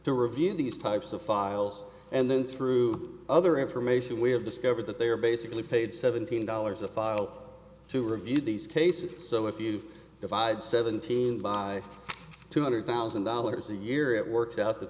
to review these types of files and then through other information we have discovered that they are basically paid seventeen dollars a file to review these cases so if you divide seventeen by two hundred thousand dollars a year it works out that